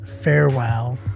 farewell